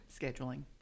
Scheduling